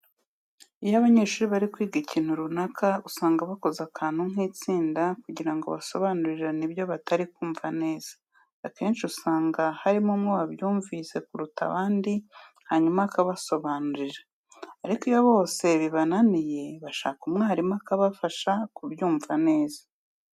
Iyo abanyeshuri bari kwiga ikintu runaka usanga bakoze akantu nk'itsinda kugira ngo basobanurirane ibyo batari kumva neza. Akenshi usanga harimo umwe wabyumvise kuruta abandi hanyuma akabasobanurira, ariko iyo bose bibananiye bashaka mwarimu akabafasha kubyumva neza.